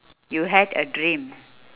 you had a dream